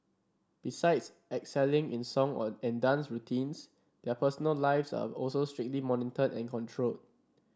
besides excelling in song and dance routines their personal lives are also strictly monitored and controlled